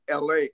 LA